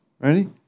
Ready